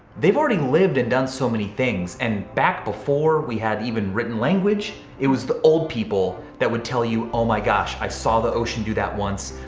they've already lived and done so many things. and back before we had even written language, it was the old people that would tell you, oh my gosh, i saw the ocean do that once.